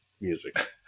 music